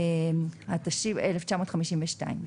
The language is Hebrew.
התשי"ב-1952".